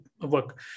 work